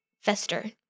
fester